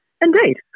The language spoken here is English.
indeed